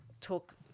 talk